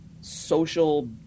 social